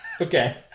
Okay